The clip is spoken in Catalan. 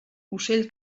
ocell